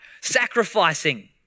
sacrificing